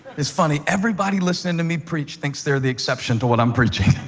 it's funny. everybody listening to me preach thinks they're the exception to what i'm preaching.